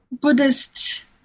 Buddhist